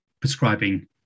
prescribing